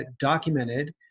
documented